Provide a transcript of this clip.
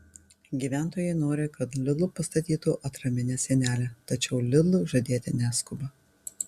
gyventojai nori kad lidl pastatytų atraminę sienelę tačiau lidl žadėti neskuba